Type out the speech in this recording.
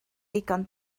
ddigon